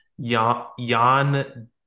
Jan